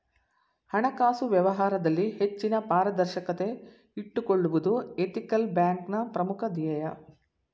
ಹಣಕಾಸು ವ್ಯವಹಾರದಲ್ಲಿ ಹೆಚ್ಚಿನ ಪಾರದರ್ಶಕತೆ ಇಟ್ಟುಕೊಳ್ಳುವುದು ಎಥಿಕಲ್ ಬ್ಯಾಂಕ್ನ ಪ್ರಮುಖ ಧ್ಯೇಯ